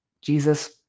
Jesus